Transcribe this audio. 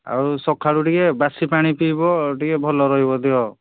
ଆଉ ସଖାଳୁ ଟିକେ ବାସି ପାଣି ପିଇବ ଟିକେ ଭଲ ରହିବ ଦେହ